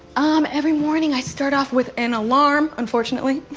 um, every morning i start off with an alarm, unfortunately.